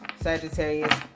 Sagittarius